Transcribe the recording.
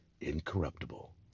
incorruptible